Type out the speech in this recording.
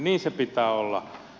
niin se pitää olla